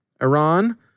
Iran